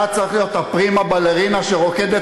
אתה צריך להיות הפרימה-בלרינה שרוקדת